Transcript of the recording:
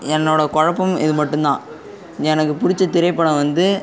என்னோடய குழப்பம் இது மட்டுந்தான் எனக்கு பிடிச்ச திரைப்படம் வந்து